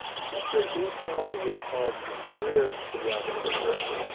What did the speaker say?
you could say insolvable problems with the rational mind.